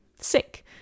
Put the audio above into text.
sick